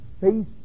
face